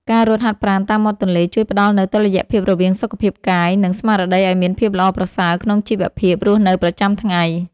ការរត់ហាត់ប្រាណតាមមាត់ទន្លេជួយផ្ដល់នូវតុល្យភាពរវាងសុខភាពកាយ និង ស្មារតីឱ្យមានភាពល្អប្រសើរក្នុងជីវភាពរស់នៅប្រចាំថ្ងៃ។